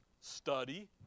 Study